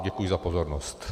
Děkuji za pozornost.